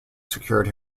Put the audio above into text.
secured